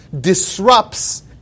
disrupts